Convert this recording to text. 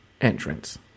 entrance